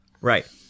Right